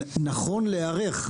נכון להיערך.